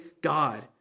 God